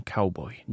Cowboy